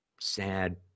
sad